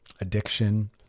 addiction